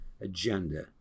agenda